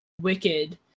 Wicked